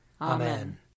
Amen